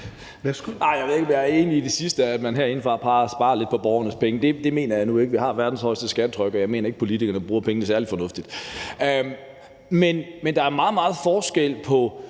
Jeg ved ikke, om jeg er enig i det sidste, altså at man herindefra plejer at spare lidt på borgernes penge; det mener jeg nu ikke. Vi har verdens højeste skattetryk, og jeg mener ikke, at politikerne bruger pengene særlig fornuftigt. Men der er meget, meget